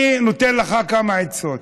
אני נותן לך כמה עצות.